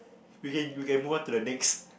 we can you can move on to the next